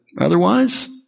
otherwise